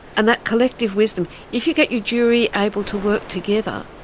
and that collective wisdom, if you get your jury able to work together,